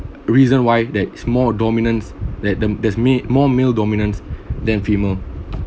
reason why that is more dominance that the there's mea~ more male dominant than female